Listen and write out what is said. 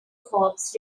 corps